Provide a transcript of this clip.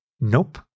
Nope